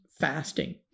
fasting